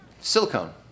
silicone